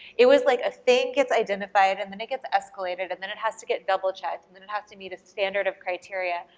it was like a thing gets identified and then it gets escalated and then it has to get double-checked and then it has to meet a standard of criteria.